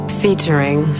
featuring